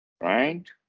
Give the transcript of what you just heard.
right